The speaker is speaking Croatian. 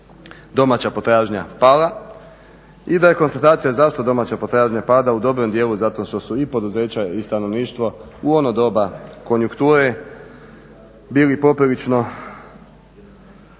domaća potražnja pala i da je konstatacija zašto domaća potražnja pada u dobrom dijelu zato što su i poduzeća i stanovništvo u ono doba konjukture bili poprilično